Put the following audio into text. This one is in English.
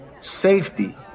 safety